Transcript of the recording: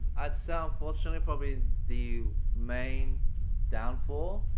i'll say unfortunately probably the main downfall,